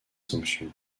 sanctions